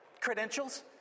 credentials